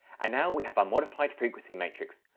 and now we have our modified frequency matrix,